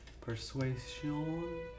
Persuasion